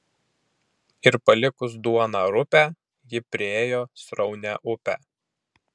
ir palikus duoną rupią ji priėjo sraunią upę